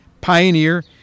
Pioneer